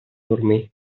dormir